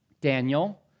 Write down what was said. Daniel